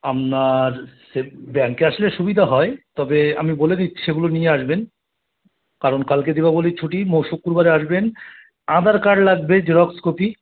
আপনার সে ব্যাংকে আসলে সুবিধা হয় তবে আমি বলে দিচ্ছি সেগুলো নিয়ে আসবেন কারণ কালকে দিপাবলীর ছুটি ম শুক্রবারে আসবেন আধার কার্ড লাগবে জেরক্স কপি